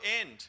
end